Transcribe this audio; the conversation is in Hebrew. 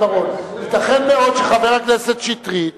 בר-און, ייתכן מאוד שחבר הכנסת שטרית,